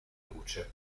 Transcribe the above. luce